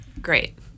Great